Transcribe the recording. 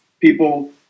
people